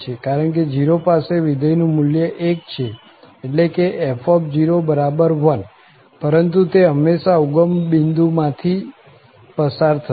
કારણ કે 0 પાસે વિધેયનું મુલ્ય 1 છે એટલે કે f01 પરંતુ તે હંમેશા ઉગમબિંદુ માં થી પસાર થશે